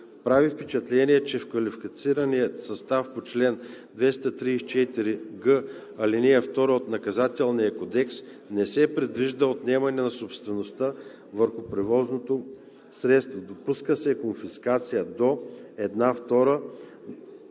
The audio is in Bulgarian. Прави впечатление, че в квалифицирания състав по чл. 234г, ал. 2 от Наказателния кодекс не се предвижда отнемане на собствеността върху моторното превозно средство, допуска се конфискация до една